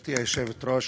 גברתי היושבת-ראש,